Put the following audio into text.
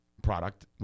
product